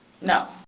No